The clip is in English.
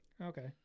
Okay